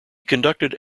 conducted